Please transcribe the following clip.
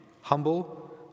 humble